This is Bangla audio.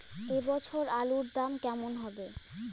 এ বছর আলুর দাম কেমন হবে?